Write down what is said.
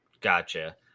Gotcha